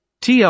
Tr